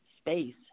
space